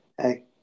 Hey